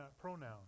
pronoun